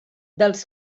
dels